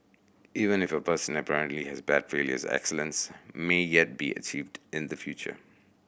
even if a person apparently has bad failures excellence may yet be achieved in the future